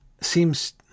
seems